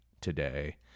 today